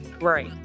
Right